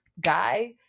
guy